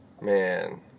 man